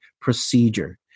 procedure